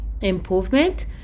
improvement